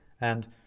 And